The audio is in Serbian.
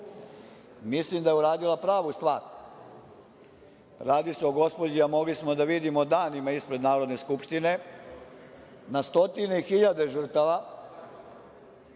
Mislim da je uradila pravu stvar. Radi se o gospođi, a mogli smo da vidimo danima ispred Narodne skupštine, na stotine hiljade žrtava